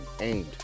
aimed